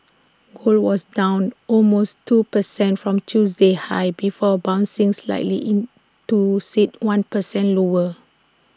gold was down almost two percent from Tuesday's highs before bouncing slightly into sit one percent lower